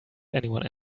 anyone